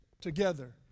together